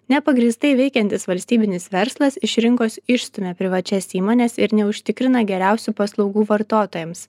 nepagrįstai veikiantis valstybinis verslas iš rinkos išstumia privačias įmones ir neužtikrina geriausių paslaugų vartotojams